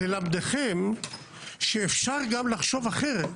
ללמדכם שאפשר גם לחשוב אחרת.